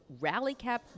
Rallycap